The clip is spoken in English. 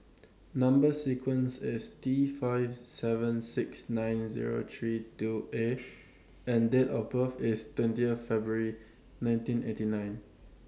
Number sequence IS T five seven six nine Zero three two A and Date of birth IS twentieth February nineteen eighty nine